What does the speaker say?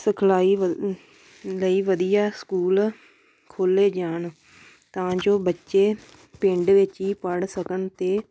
ਸਿਖਲਾਈ ਵ ਅ ਲਈ ਵਧੀਆ ਸਕੂਲ ਖੋਲ੍ਹੇ ਜਾਣ ਤਾਂ ਜੋ ਬੱਚੇ ਪਿੰਡ ਵਿੱਚ ਹੀ ਪੜ੍ਹ ਸਕਣ ਅਤੇ